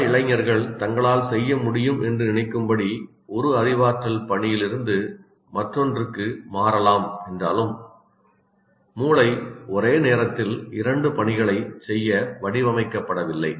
பல இளைஞர்கள் தங்களால் செய்ய முடியும் என்று நினைக்கும்படி ஒரு அறிவாற்றல் பணியிலிருந்து மற்றொன்றுக்கு மாறலாம் என்றாலும் மூளை ஒரே நேரத்தில் இரண்டு பணிகளைச் செய்ய வடிவமைக்கப்படவில்லை